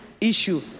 issue